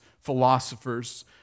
philosophers